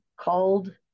called